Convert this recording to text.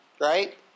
right